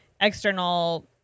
external